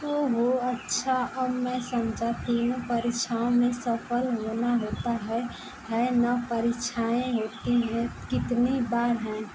ओहो अच्छा अब मैं समझा तीनों परीक्षाओं में सफ़ल होना होता है है ना परीक्षाएँ होती हैं कितनी बार हैं